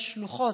יש שלוחות,